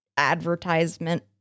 advertisement